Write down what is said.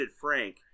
Frank